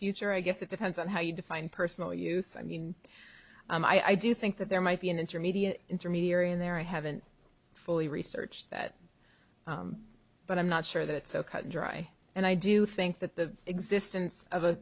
future i guess it depends on how you define personal use i mean i do think that there might be an intermediate intermediary and there i haven't fully researched that but i'm not sure that it's so cut and dry and i do think that the existence of a